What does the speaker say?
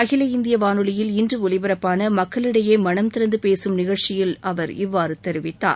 அகில இந்திய வானொலியில் இன்று ஒலிபரப்பான மக்களிடையே மனந்திறந்து பேசும் நிகழ்ச்சியில் அவர் இவ்வாறு தெரிவித்தார்